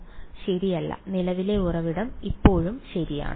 ശരിയല്ല നിലവിലെ ഉറവിടം ഇപ്പോഴും ശരിയാണ്